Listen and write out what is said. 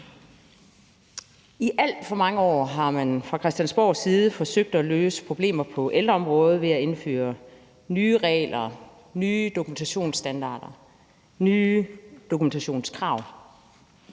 I alt for mange år har man fra Christiansborgs side forsøgt at løse problemer på ældreområdet ved at indføre nye regler, nye dokumentationsstandarder og nye dokumentationskrav.